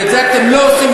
ואת זה אתם לא עושים,